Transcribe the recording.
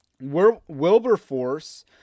Wilberforce